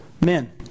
men